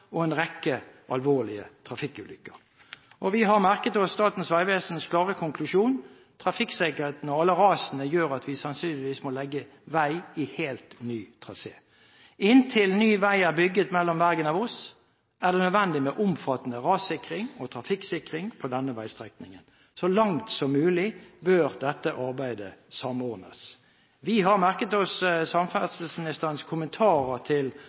og en rekke alvorlige trafikkulykker. Vi har merket oss Statens vegvesens klare konklusjon: «Trafikksikkerheten og alle rasene gjør at vi sannsynligvis må legge veien i helt nye traseer.» Inntil ny vei er bygget mellom Bergen og Voss, er det nødvendig med omfattende rassikring og trafikksikring på denne veistrekningen. Så langt som mulig bør dette arbeidet samordnes. Vi har merket oss samferdselsministerens kommentarer til